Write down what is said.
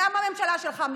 למה הממשלה שלך מתנגדת?